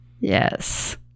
yes